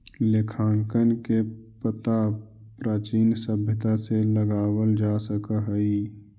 लेखांकन के पता प्राचीन सभ्यता से लगावल जा सकऽ हई